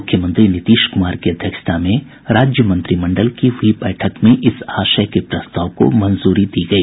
मुख्यमंत्री नीतीश कुमार की अध्यक्षता में राज्य मंत्रिमंडल की हुई बैठक में इस आशय के प्रस्ताव को मंजूरी दी गई